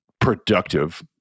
productive